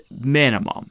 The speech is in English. minimum